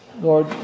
Lord